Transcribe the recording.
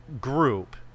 group